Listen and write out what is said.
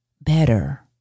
better